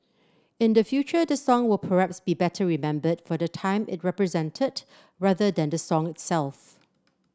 in the future this song will perhaps be better remembered for the time it represented rather than the song itself